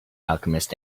alchemist